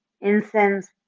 incense